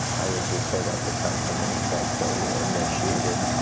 i would just say that the fact remains that they initiated